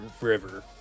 river